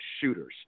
shooters